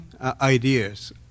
ideas